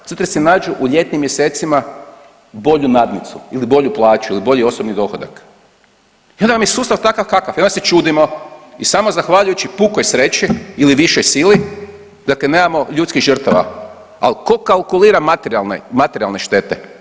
Zato jer si nađu u ljetnim mjesecima bolju nadnicu ili bolju plaću ili bolji osobni dohodak i onda vam je sustav takav i onda se čudimo i samo zahvaljujući pukoj sreći ili višoj sili, dakle nemamo ljudskih žrtava, ali tko kalkulira materijalne štete?